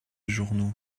journaux